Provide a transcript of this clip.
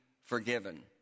forgiven